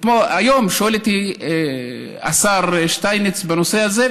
היום שאל אותי השר שטייניץ בנושא הזה,